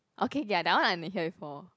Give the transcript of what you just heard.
okay K that one I n~ hear before